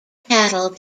cattle